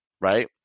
right